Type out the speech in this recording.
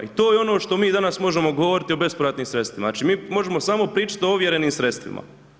I to je ono što mi danas možemo govoriti o bespovratnim sredstvima, znači mi možemo samo pričati o ovjerenim sredstvima.